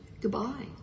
Goodbye